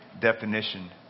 definition